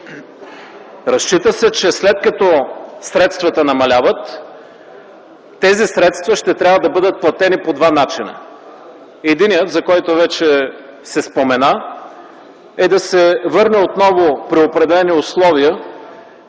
Разчита се, че след като средствата намаляват, тези средства ще трябва да бъдат платени по два начина: единият, за който вече се спомена, е да се върне отново при определени условия